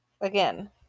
again